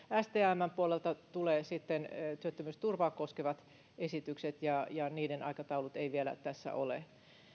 stmn puolelta tulee sitten työttömyysturvaa koskevat esitykset ja ja niiden aikataulut eivät vielä tässä ole